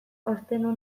ostendu